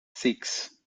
six